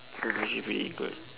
then this should be good